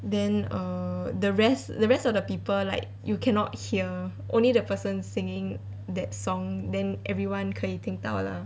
then err the rest the rest of the people like you cannot hear only the person singing that song then everyone 可以听到 lah